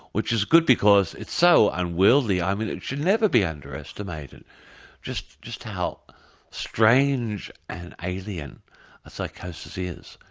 which is good because it's so unwieldy. i mean it should never be underestimated just just how strange and alien a psychosis is.